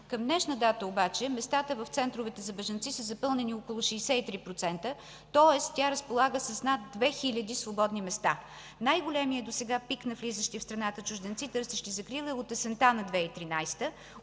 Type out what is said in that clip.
Към днешна дата обаче местата в центровете за бежанци са запълнени около 63%, тоест тя разполага с над 2000 свободни места. Най-големият досега пик на влизащи в страната чужденци, търсещи закрила, е от есента на 2013 г.,